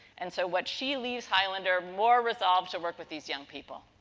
and, so what she leaves highlander more resolved to work with these young people.